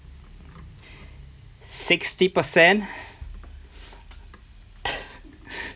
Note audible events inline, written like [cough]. sixty percent [laughs]